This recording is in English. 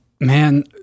man